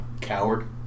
Coward